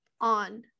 on